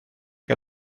que